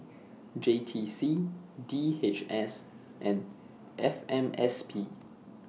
J T C D H S and F M S P